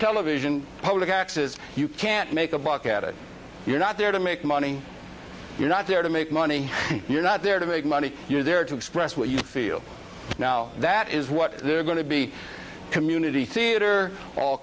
television public access you can't make a buck at it you're not there to make money you're not there to make money you're not there to make money you're there to express what you feel now that is what they're going to be community theater all